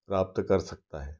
प्राप्त कर सकता है